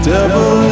Devil